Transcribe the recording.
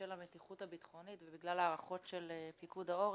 בשל המתיחות הביטחונית ובגלל הערכות של פיקוד העורף,